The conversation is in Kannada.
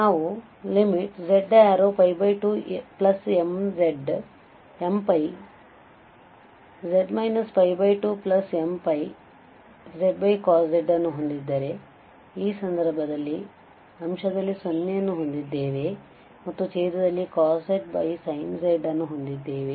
ಆದ್ದರಿಂದ ನಾವುz→2mπz 2mπz cos z ಅನ್ನು ಹೊಂದಿದ್ದರೆ ಆ ಸಂದರ್ಭದಲ್ಲಿ ಅಂಶದಲ್ಲಿ 0 ಅನ್ನು ಹೊಂದಿದ್ದೇವೆ ಮತ್ತು ಛೇದದಲ್ಲಿ cos z sin z ಎಂದು ಬರೆದಿದ್ದೇವೆ